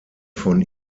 von